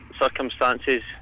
circumstances